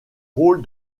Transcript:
rôle